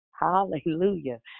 hallelujah